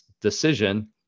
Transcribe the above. decision